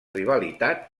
rivalitat